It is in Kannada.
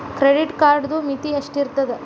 ಕ್ರೆಡಿಟ್ ಕಾರ್ಡದು ಮಿತಿ ಎಷ್ಟ ಇರ್ತದ?